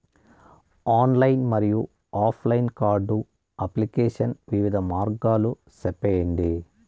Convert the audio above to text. Online మరియు offline card application వివిధ మార్గాలు సెప్పండి?